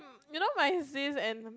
you know my sis and